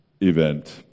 event